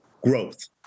Growth